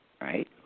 right